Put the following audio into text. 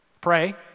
Pray